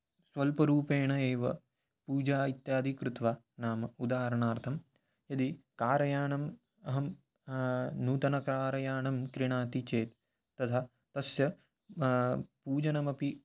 स्वल्परूपेण एव पूजा इत्यादि कृत्वा नाम उदाहरणार्थं यदि कारयानम् अहं नूतनकारयानं क्रीणामि चेत् तदा तस्य पूजनमपि